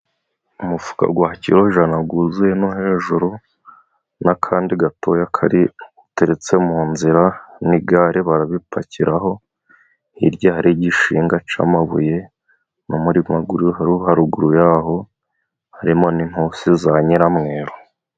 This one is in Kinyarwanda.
Umufuka wa kiro jana wuzuye no hejuru, n'akandi gatoya kariteretse mu nzira, n'igare babipakiraho, hirya hari igishinga cyamabuye, no haruguru ya'ho harimo n'inturusi za nyiramweru.